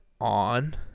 on